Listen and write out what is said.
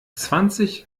zwanzig